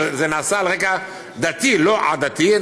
זה נעשה על רקע דתי, לא עדתי.